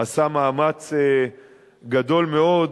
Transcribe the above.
עשה מאמץ גדול מאוד,